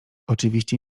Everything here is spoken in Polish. oczywiście